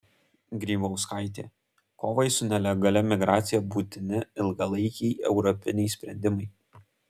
grybauskaitė kovai su nelegalia migracija būtini ilgalaikiai europiniai sprendimai